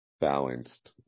balanced